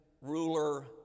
ruler